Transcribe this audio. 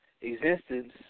existence